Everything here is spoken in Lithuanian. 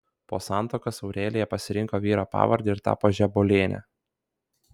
po santuokos aurelija pasirinko vyro pavardę ir tapo žebuoliene